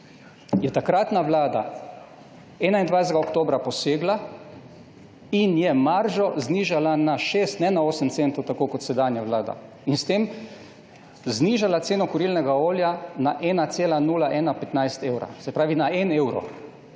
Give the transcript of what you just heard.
je takratna vlada 21. oktobra posegla in je maržo znižala na 6, ne na 8 centov, tako kot sedanja vlada. S tem je znižala ceno kurilnega olja na 1,0115 evrov, se pravi na 1 evro.